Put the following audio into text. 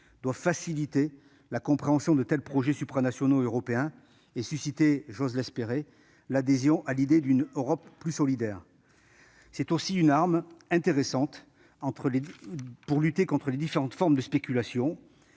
doivent faciliter la compréhension de tels projets supranationaux et favoriser, j'ose l'espérer, l'adhésion à l'idée d'une Europe plus solidaire. C'est aussi une arme intéressante pour lutter contre les différentes formes de spéculation.